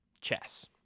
chess